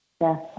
Yes